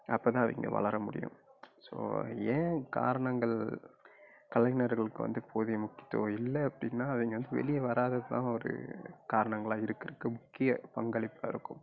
அப்போ தான் அவங்க வளர முடியும் ஸோ ஏன் காரணங்கள் கலைஞர்களுக்கு வந்து போதிய முக்கியத்துவம் இல்லை அப்படின்னா அவங்க வந்து வெளியே வராதது தான் ஒரு காரணங்களாக இருக்க இருக்கு முக்கிய பங்களிப்பாக இருக்கும்